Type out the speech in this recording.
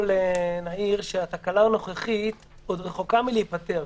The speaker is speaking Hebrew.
התקלה הנוכחית עוד רחוקה מלהיפתר.